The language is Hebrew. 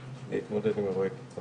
אתה מזכיר לי שיש הרבה חיבור פיראטי מהשכן,